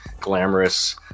glamorous